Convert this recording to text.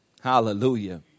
Hallelujah